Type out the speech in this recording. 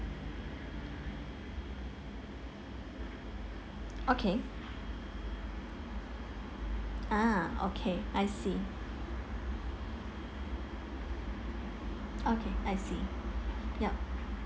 okay ah okay I see okay I see yup